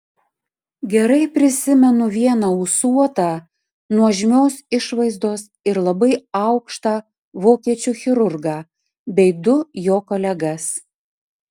gerai prisimenu vieną ūsuotą nuožmios išvaizdos ir labai aukštą vokiečių chirurgą bei du jo kolegas